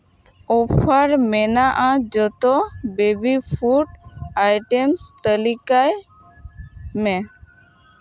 offer ᱢᱮᱱᱟᱜᱼᱟ ᱡᱚᱛᱚ baby food item ᱛᱟᱹᱞᱤᱠᱟᱭ ᱢᱮ